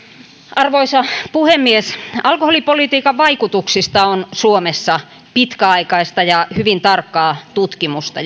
arvoisa puhemies alkoholipolitiikan vaikutuksista on suomessa pitkäaikaista ja hyvin tarkkaa tutkimusta